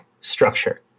...structure